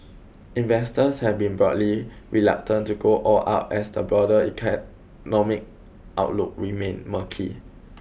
investors have been broadly reluctant to go all out as the broader outlook remained murky